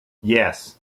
yes